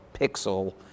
pixel